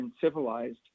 civilized